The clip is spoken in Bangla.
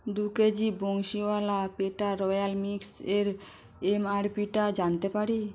দু কেজি বংশীওয়ালা পেটা রয়্যাল মিক্সের এম আর পি টা জানতে পারি